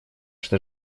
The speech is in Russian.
что